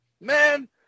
man